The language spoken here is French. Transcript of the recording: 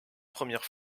première